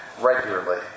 regularly